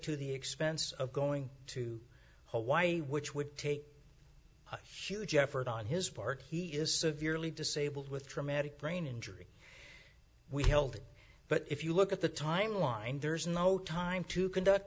to the expense of going to hawaii which would take a huge effort on his part he is severely disabled with traumatic brain injury we held it but if you look at the timeline there is no time to conduct